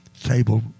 table